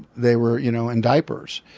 they were you know in diapers.